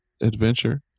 adventure